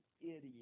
idiot